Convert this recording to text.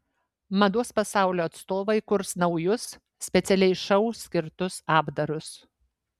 mados pasaulio atstovai kurs naujus specialiai šou skirtus apdarus